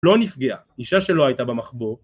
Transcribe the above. לא נפגהע. אישה שלא הייתה במחבוא.